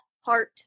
heart